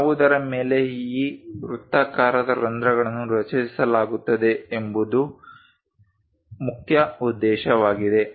ಯಾವುದರ ಮೇಲೆ ಈ ವೃತ್ತಾಕಾರದ ರಂಧ್ರಗಳನ್ನು ರಚಿಸಲಾಗುತ್ತದೆ ಎಂಬುದೂ ಮುಖ್ಯ ಉದ್ದೇಶವಾಗಿದೆ